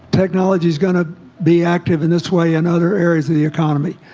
technology is going to be active in this way in other areas of the economy.